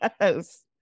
yes